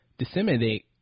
disseminate